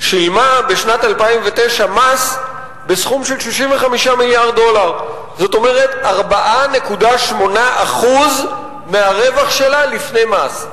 שילמה בשנת 2009 מס בסך הכול בשיעור של 4.8% מהרווח שלה לפני מס.